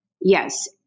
Yes